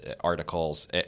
articles